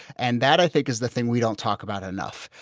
and that, i think, is the thing we don't talk about enough,